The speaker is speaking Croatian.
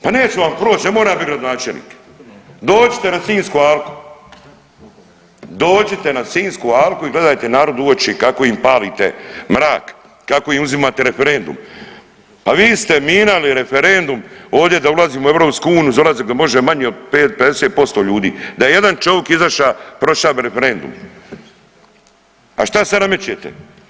Pa neće vam proć, ne mora bit gradonačelnik, dođite na sinjsku alku, dođite na sinjsku alku i gledajte narod u oči kako im palite mrak, kako im uzimate referendum, pa vi ste minjali referendum ovdje da ulazimo u EU, za ulazak može manje od 50% ljudi, da je jedan čovik izaša prošao bi referendum, a šta sad namećete?